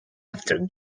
after